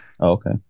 Okay